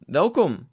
welkom